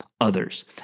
others